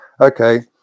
okay